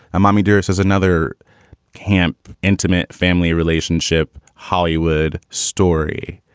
um mommy dearest is another camp, intimate family relationship, hollywood story.